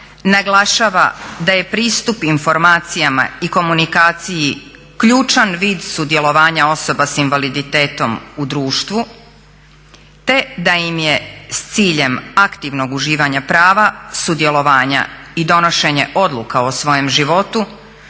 naglašava da je pristup informacijama i komunikaciji ključan vid sudjelovanja osoba s invaliditetom u društvu te da im je s ciljem aktivnog uživanja prava sudjelovanja i donošenje odluka o svojem životu